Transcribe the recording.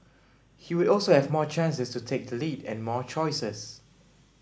he would also have more chances to take the lead and more choices